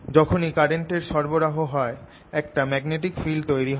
যখনি কারেন্ট এর সরবরাহ হয় একটা ম্যাগনেটিক ফিল্ড তৈরি হয়